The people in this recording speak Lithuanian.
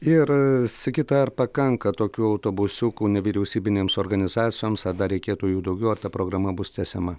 ir sigita ar pakanka tokių autobusiukų nevyriausybinėms organizacijoms ar dar reikėtų jų daugiau ar ta programa bus tęsiama